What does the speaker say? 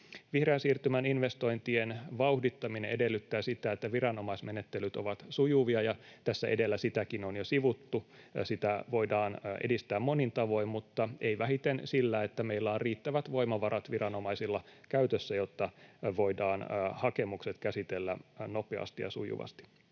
Vihreän siirtymän investointien vauhdittaminen edellyttää sitä, että viranomaismenettelyt ovat sujuvia, ja tässä edellä sitäkin on jo sivuttu. Sitä voidaan edistää monin tavoin, mutta ei vähiten sillä, että meillä on riittävät voimavarat viranomaisilla käytössä, jotta voidaan hakemukset käsitellä nopeasti ja sujuvasti.